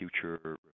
future